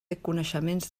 reconeixements